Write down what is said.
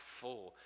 full